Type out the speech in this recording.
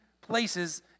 places